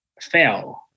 fail